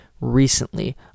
recently